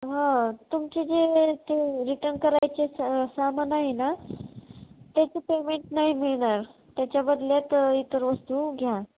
हो तुमचे जे ते रिटर्न करायचे सा सामान आहे ना त्याच पेमेंट नाही मिळणार त्याच्या बदल्यात इतर वस्तू घ्या